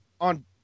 on